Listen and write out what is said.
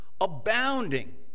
abounding